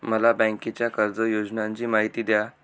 मला बँकेच्या कर्ज योजनांची माहिती द्या